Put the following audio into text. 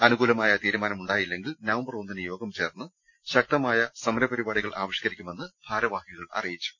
അനുകൂലമായ തീരുമാനമുണ്ടായി ട്ടില്ലെങ്കിൽ നവംബർ ഒന്നിന് യോഗം ചേർന്ന് ശക്തമായ സമരപരിപാടികൾ ആവിഷ്കരിക്കുമെന്ന് ഭാരവാഹികൾ അറിയിച്ചു